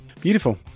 Beautiful